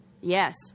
Yes